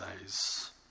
days